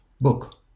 book